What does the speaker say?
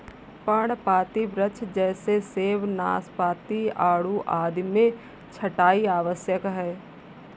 पर्णपाती वृक्ष जैसे सेब, नाशपाती, आड़ू आदि में छंटाई आवश्यक है